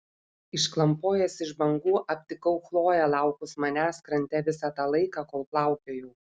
išklampojęs iš bangų aptikau chloję laukus manęs krante visą tą laiką kol plaukiojau